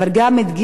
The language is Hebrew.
אני חושבת,